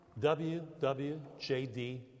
WWJD